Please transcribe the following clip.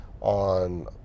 on